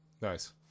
Nice